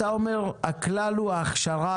אתה אומר שהכלל הוא ההכשרה,